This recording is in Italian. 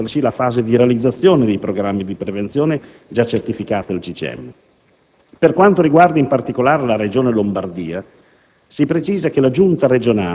Gli Enti regionali hanno avviato, altresì, la fase di realizzazione dei programmi di prevenzione già certificati dal CCM. Per quanto riguarda, in particolare, la Regione Lombardia,